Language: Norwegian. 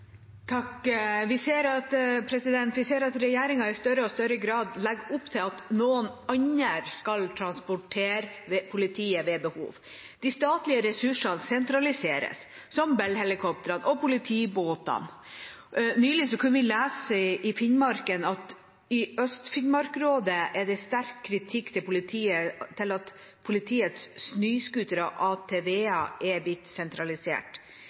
Vi ser at regjeringa i større og større grad legger opp til at noen andre skal transportere politiet ved behov. De statlige ressursene sentraliseres, som Bell-helikoptrene og politibåtene. Nylig kunne vi lese i Finnmarken at det i Øst-Finnmarkrådet er sterk kritikk av at politiets snøscootere og ATV-er er blitt sentralisert.